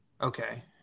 Okay